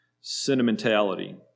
sentimentality